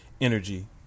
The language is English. energy